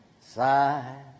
Side